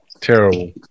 Terrible